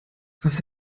was